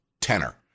tenor